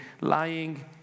lying